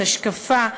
השקפה,